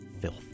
filth